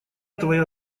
твоя